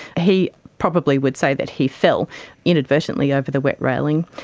he probably would say that he fell inadvertently over the wet railing.